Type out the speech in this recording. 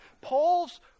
Paul's